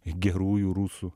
gerųjų rusų